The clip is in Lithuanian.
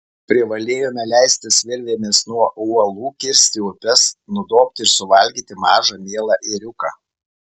privalėjome leistis virvėmis nuo uolų kirsti upes nudobti ir suvalgyti mažą mielą ėriuką